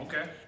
Okay